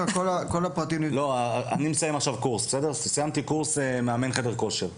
אני סיימתי עכשיו קורס מאמן חדר כושר.